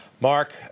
Mark